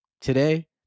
today